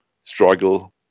struggle